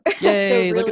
Yay